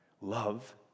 love